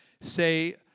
say